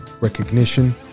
recognition